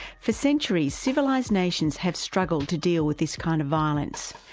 for centuries, civilised nations have struggled to deal with this kind of violence.